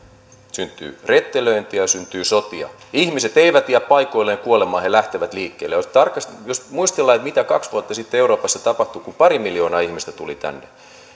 syntyy rettelöintejä ja syntyy sotia ihmiset eivät jää paikoilleen kuolemaan he lähtevät liikkeelle jos muistellaan mitä kaksi vuotta sitten euroopassa tapahtui kun pari miljoonaa ihmistä tuli tänne